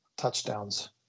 touchdowns